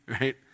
right